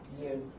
years